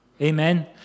Amen